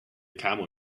camel